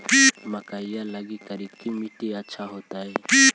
मकईया लगी करिकी मिट्टियां अच्छा होतई